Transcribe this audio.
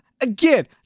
again